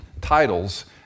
titles